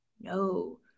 No